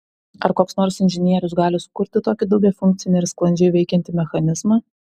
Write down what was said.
ar koks nors inžinierius gali sukurti tokį daugiafunkcį ir sklandžiai veikiantį mechanizmą